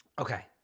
Okay